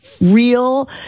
real